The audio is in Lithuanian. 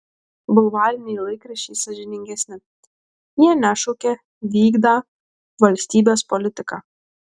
bulvariniai laikraščiai sąžiningesni jie nešaukia vykdą valstybės politiką